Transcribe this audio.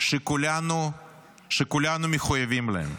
שכולנו מחויבים להם.